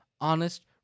honest